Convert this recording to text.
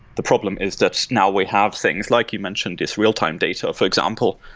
the problem is that now we have things, like you mentioned, is real-time data, for example,